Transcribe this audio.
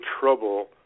trouble